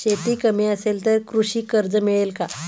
शेती कमी असेल तर कृषी कर्ज मिळेल का?